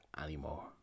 anymore